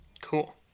Cool